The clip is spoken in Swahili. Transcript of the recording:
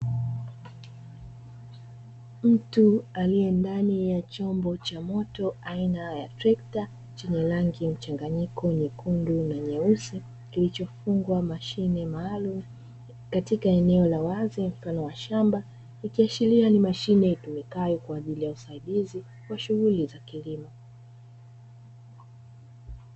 Mtu aliye ndani ya chombo cha moto aina ya trekta, chenye rangi mchanganyiko nyekundu na nyeusi , kilichofungwa mashine maalumu katika eneo la wazi mfano wa shamba, ikiashiria ni mashine itumikayo kwa ajili ya usaidizi wa shughuli za kilimo.